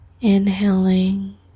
Inhaling